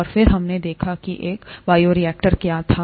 और फिर हमने देखा कि एक बायोरिएक्टर क्या था